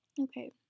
okay